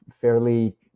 fairly